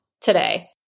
today